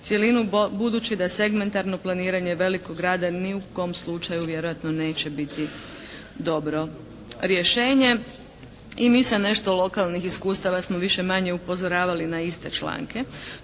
cjelinu budući da segmentarno planiranje velikog grada ni u kom slučaju vjerojatno neće biti dobro rješenje. I mi sa nešto lokalnih iskustava smo više-manje upozoravali na iste članke.